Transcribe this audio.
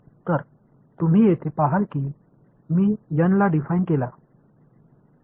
तर तुम्ही येथे पाहाल मी n का डिफाइन केला